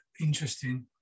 interesting